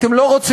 אתם לא רוצים,